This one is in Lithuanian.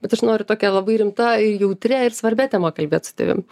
bet aš noriu tokia labai rimta ir jautria ir svarbia tema kalbėt su tavim